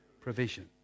provision